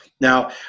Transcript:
Now